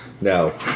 no